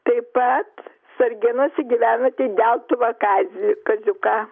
taip pat sargėnuose gyvenantį deltuvą kazį kaziuką